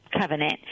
covenant